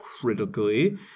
critically